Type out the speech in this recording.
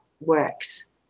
works